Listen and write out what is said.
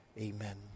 Amen